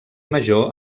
major